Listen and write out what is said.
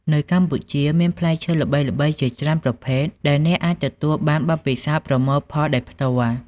នៅកម្ពុជាមានផ្លែឈើល្បីៗជាច្រើនប្រភេទដែលអ្នកអាចទទួលបានបទពិសោធន៍ប្រមូលផលដោយផ្ទាល់។